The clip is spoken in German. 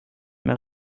mehr